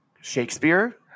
Shakespeare